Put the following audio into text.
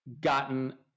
gotten